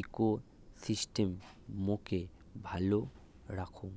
ইকোসিস্টেমকে ভালো রাখঙ